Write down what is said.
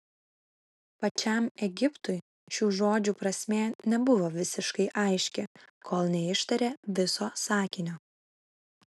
pačiam egiptui šių žodžių prasmė nebuvo visiškai aiški kol neištarė viso sakinio